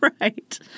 Right